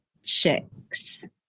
chicks